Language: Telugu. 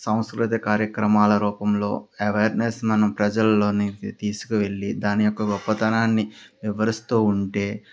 సాంస్కృతిక కార్యక్రమాల రూపంలో అవేర్నెస్ మనం ప్రజలలోని తీసుకువెళ్ళి దాని యొక్క గొప్పతనాన్ని వివరిస్తూ ఉంటే